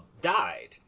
died